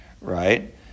right